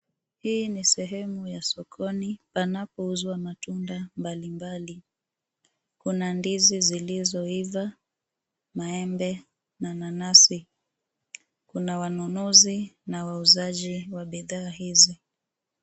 Hii ni sehemu ya sokoni, panapouzwa matunda mbalimbali, kuna ndizi zilizoiva, maembe, na nanasi. Kuna wanunuzi, na wauzaji wa bidhaa hizo.